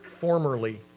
formerly